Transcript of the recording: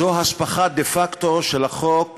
זו הספחה דה-פקטו של החוק